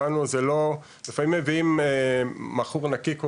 לפעמים מביאים בחור נקי,